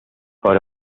for